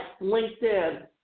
LinkedIn